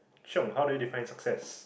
Cheong how do you define success